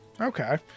Okay